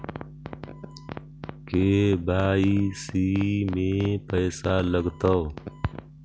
KYC में पैसा लगतै?